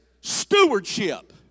stewardship